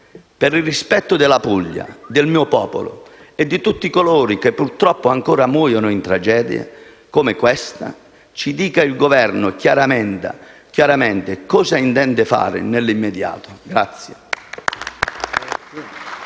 Per il rispetto della Puglia, del mio popolo, e di tutti coloro che purtroppo ancora muoiono in tragedie come questa, ci dica il Governo chiaramente cosa intende fare nell'immediato.